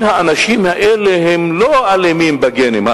האנשים האלה הם לא אלימים בגנים,